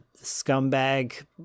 scumbag